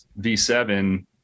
V7